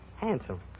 handsome